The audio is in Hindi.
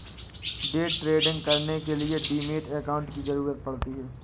डे ट्रेडिंग करने के लिए डीमैट अकांउट की जरूरत पड़ती है